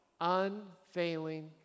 unfailing